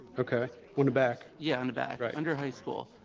okay, on the back. yeah, on the back. right. under high school,